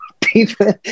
people